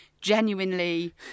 genuinely